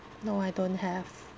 no I don't have